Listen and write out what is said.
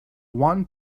one